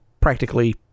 practically